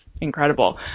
incredible